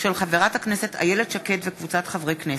של חברת הכנסת איילת שקד וקבוצת חברי הכנסת.